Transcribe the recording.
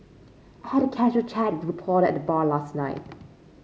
I had a casual chat with reporter at the bar last night